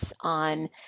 on